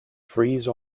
freeze